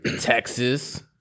Texas